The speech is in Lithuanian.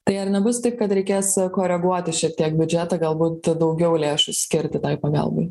tai ar nebus taip kad reikės koreguoti šiek tiek biudžetą galbūt daugiau lėšų skirti tai pagalbai